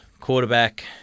quarterback